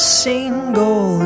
single